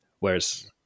Whereas